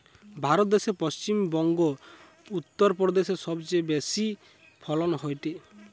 ভারত দ্যাশে পশ্চিম বংগো, উত্তর প্রদেশে সবচেয়ে বেশি ফলন হয়টে